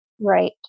Right